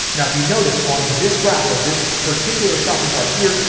now, if you notice on this graph of this particular shopping cart here,